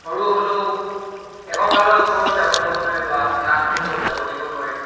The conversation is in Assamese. সৰু হ'লেও এককালৰ ওপৰত যাব দিব নোৱাৰিব এআঁঠুৰ ওপৰত যাব দিব নোৱাৰি